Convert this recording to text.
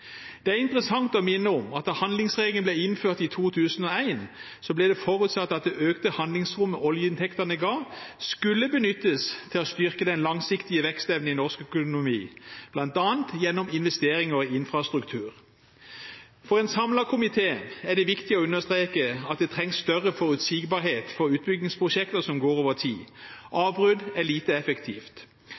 Det er interessant å minne om at da handlingsregelen ble innført i 2001, ble det forutsatt at det økte handlingsrommet oljeinntektene ga, skulle benyttes til å styrke den langsiktige vekstevnen i norsk økonomi, bl.a. gjennom investeringer i infrastruktur. For en samlet komité er det viktig å understreke at det trengs større forutsigbarhet for utbyggingsprosjekter som går over tid. Avbrudd er lite effektivt.